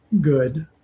good